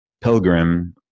pilgrim